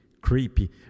creepy